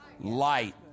light